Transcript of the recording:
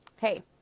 hey